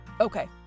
Okay